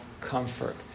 comfort